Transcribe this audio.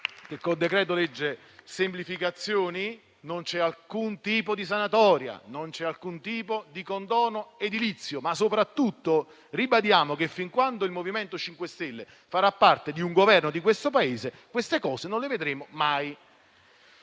il decreto-legge semplificazioni-*bis* non c'è alcun tipo di sanatoria, non c'è alcun tipo di condono edilizio. Ma soprattutto ribadiamo che, fin quando il MoVimento 5 Stelle farà parte di un Governo di questo Paese, queste cose non le vedremo mai.